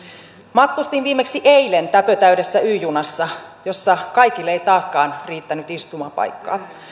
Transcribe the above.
matkustin viimeksi eilen täpötäydessä y junassa jossa kaikille ei taaskaan riittänyt istumapaikkaa